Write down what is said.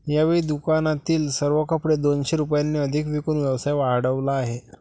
यावेळी दुकानातील सर्व कपडे दोनशे रुपयांनी अधिक विकून व्यवसाय वाढवला आहे